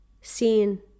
seen